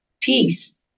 peace